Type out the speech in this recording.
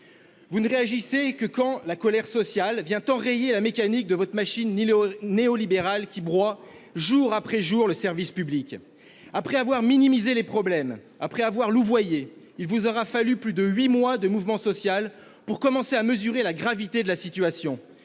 Vous ne réagissez que quand la colère sociale vient enrayer la mécanique de votre machine néolibérale qui broie, jour après jour, le service public. Après avoir minimisé les problèmes, après avoir louvoyé, il vous aura fallu plus de huit mois de mouvement social pour commencer à mesurer la gravité de la situation,